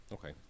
Okay